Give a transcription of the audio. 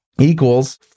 Equals